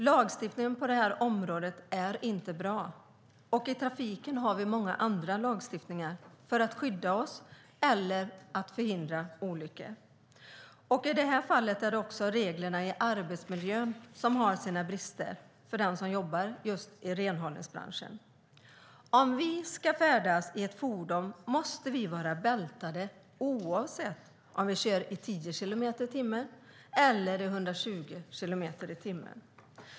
Lagstiftningen på området är inte bra. I trafiken har vi många andra lagstiftningar för att skydda oss eller för att förhindra olyckor. I det här fallet finns det brister i reglerna för arbetsmiljön för den som jobbar i renhållningsbranschen. Om vi ska färdas i ett fordon måste vi vara bältade, oavsett om vi kör i 10 kilometer i timmen eller i 120 kilometer i timmen.